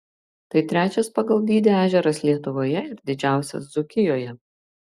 tai trečias pagal dydį ežeras lietuvoje ir didžiausias dzūkijoje